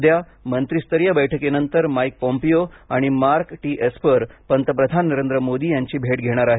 उद्या मंत्रीस्तरीय बैठकीनंतर माईक पोम्पिओ आणि मार्क टी एस्पर पंतप्रधान नरेंद्र मोदी यांची भेट घेणार आहेत